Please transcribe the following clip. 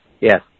Yes